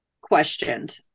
questioned